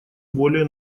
более